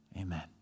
Amen